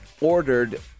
ordered